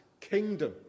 kingdom